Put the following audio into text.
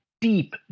deep